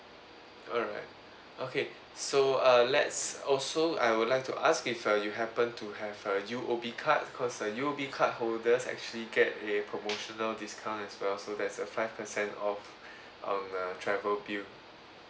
alright okay so uh let's also I would like to ask if uh you happen to have a U_O_B card because uh U_O_B cardholders actually get a promotional discount as well so there's a five percent off on uh travel bill